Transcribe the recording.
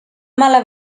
mala